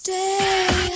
Stay